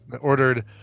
ordered